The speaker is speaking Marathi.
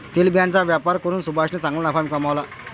तेलबियांचा व्यापार करून सुभाषने चांगला नफा कमावला